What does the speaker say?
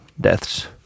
deaths